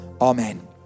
Amen